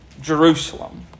Jerusalem